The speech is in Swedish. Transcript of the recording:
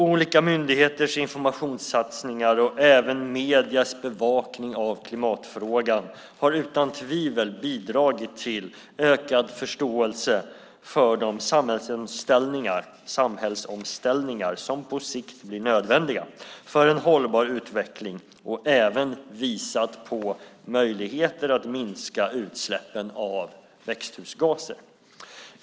Olika myndigheters informationssatsningar, och även mediernas bevakning av klimatfrågan, har utan tvivel bidragit till ökad förståelse för de samhällsomställningar som på sikt blir nödvändiga för en hållbar utveckling och även visat på möjligheter att minska utsläppen av växthusgaser.